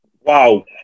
Wow